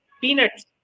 peanuts